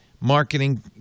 marketing